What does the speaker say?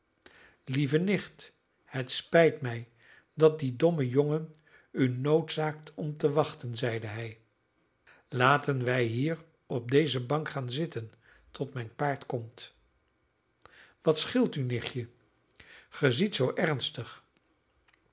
lieve nicht het spijt mij dat die domme jongen u noodzaakt om te wachten zeide hij laten wij hier op deze bank gaan zitten tot mijn paard komt wat scheelt u nichtje ge ziet zoo ernstig